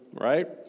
right